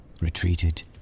retreated